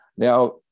Now